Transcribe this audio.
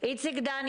שלי מול איציק היה